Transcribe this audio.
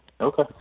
Okay